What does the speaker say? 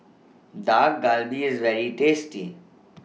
Dak Galbi IS very tasty